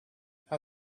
how